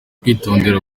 kwitondera